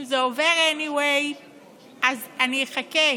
אם זה עובר anyway אז אני אחכה,